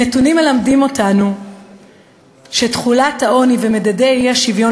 הנתונים מלמדים אותנו שתחולת העוני ומדדי האי-שוויון